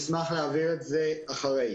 אשמח להעביר את זה לוועדה.